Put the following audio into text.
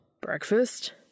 Breakfast